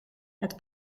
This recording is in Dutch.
het